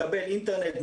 מקבל אינטרנט,